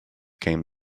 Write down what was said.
came